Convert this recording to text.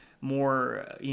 more